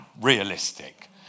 realistic